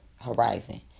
horizon